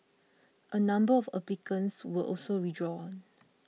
a number of applicants were also withdrawn